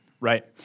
right